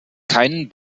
keinen